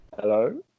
Hello